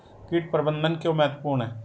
कीट प्रबंधन क्यों महत्वपूर्ण है?